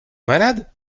malade